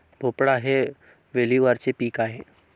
भोपळा हे वेलीवरचे पीक आहे